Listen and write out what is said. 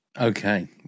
Okay